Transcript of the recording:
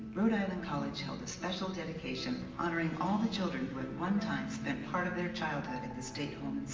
rhode island college held a special dedication honoring all the children who had one time spent part of their childhood in the state home